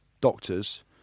doctors